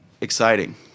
exciting